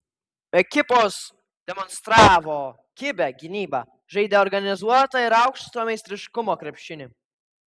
ekipos demonstravo kibią gynybą žaidė organizuotą ir aukšto meistriškumo krepšinį